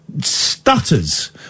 stutters